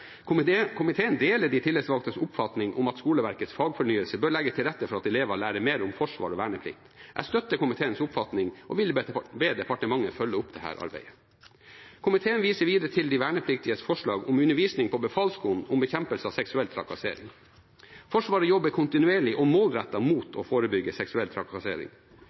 Komiteen deler de tillitsvalgtes oppfatning om at skoleverkets fagfornying bør legge til rette for at elever lærer mer om forsvar og verneplikt. Jeg støtter komiteens oppfatning og vil be departementet følge opp dette arbeidet. Komiteen viser videre til de vernepliktiges forslag om undervisning på Befalsskolen om bekjempelse av seksuell trakassering. Forsvaret jobber kontinuerlig og målrettet med å forebygge seksuell trakassering,